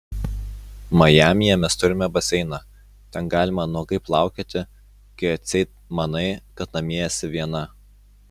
majamyje mes turime baseiną ten galima nuogai plaukioti kai atseit manai kad namie esi viena